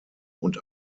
und